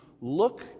look